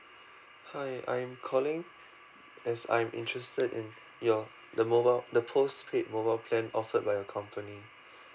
hi I am calling yes I'm interested in your the mobile the postpaid mobile plan offered by your company